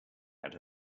out